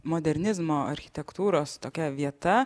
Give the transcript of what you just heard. modernizmo architektūros tokia vieta